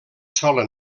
sola